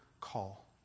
call